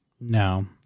No